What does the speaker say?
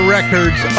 Records